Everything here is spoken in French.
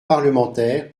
parlementaire